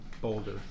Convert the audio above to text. boulder